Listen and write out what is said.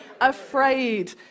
afraid